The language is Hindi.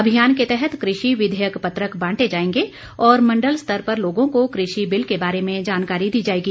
अभियान के तहत कृषि विधेयक पत्रक बांटे जाएंगे और मण्डल स्तर पर लोगों को कृषि बिल के बारे में जानकारी दी जाएगी